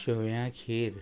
शोव्यां खीर